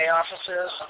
offices